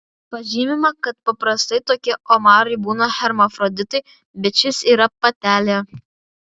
pažymima kad paprastai tokie omarai būna hermafroditai bet šis yra patelė